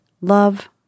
Love